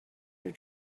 your